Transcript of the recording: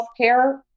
healthcare